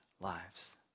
lives